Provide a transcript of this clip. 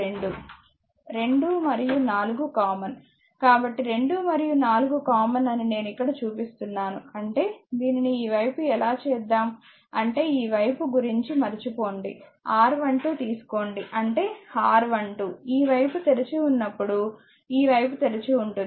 2 మరియు 4 కామన్ కాబట్టి 2 మరియు 4 కామన్ అని నేను ఇక్కడ చూపిస్తున్నాను అంటేదీనిని ఈ వైపు ఎలా చేద్దాం అంటే ఈ వైపు గురించి మరచిపోండి R12 తీసుకోండి అంటే R12 ఈ వైపు తెరిచినప్పుడు ఈ వైపు తెరిచి ఉంటుంది